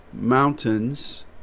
mountains